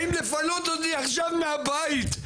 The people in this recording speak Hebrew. באים לפנות אותי עכשיו מהבית,